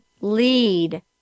lead